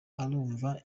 arumva